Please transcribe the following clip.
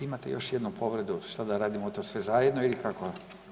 Imate još jednu povredu, šta da radimo to sve zajedno ili kako?